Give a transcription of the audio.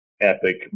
epic